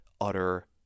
utter